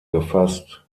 gefasst